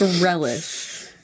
relish